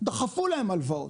דחפו להם הלוואות.